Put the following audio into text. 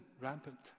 rampant